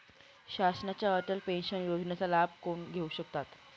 शासनाच्या अटल पेन्शन योजनेचा लाभ कोण घेऊ शकतात?